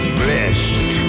blessed